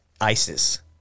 ISIS